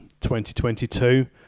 2022